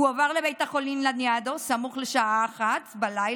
הוא הועבר לבית החולים לניאדו סמוך לשעה 01:00,